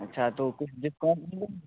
अच्छा तो कुछ डिस्काउंट मिलेगा